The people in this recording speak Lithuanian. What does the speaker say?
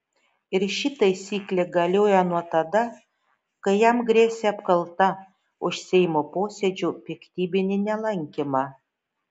ir ši taisyklė galioja nuo tada kai jam grėsė apkalta už seimo posėdžių piktybinį nelankymą